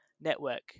network